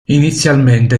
inizialmente